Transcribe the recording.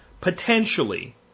potentially